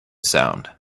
sound